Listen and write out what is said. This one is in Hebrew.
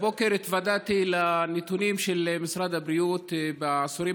הבוקר התוועדתי לנתונים של משרד הבריאות מהעשורים